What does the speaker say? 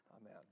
Amen